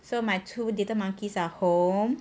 so my two little monkeys are home